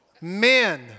men